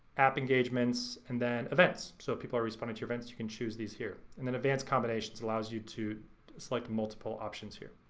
app engagements, and then events. so people are responding to your events, you can choose these here. and then advanced combinations allows you to select multiple options here.